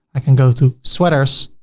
i can go to sweaters